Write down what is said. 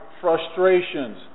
frustrations